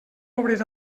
obrir